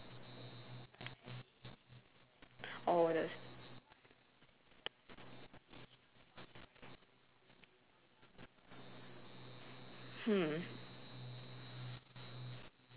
oh the hmm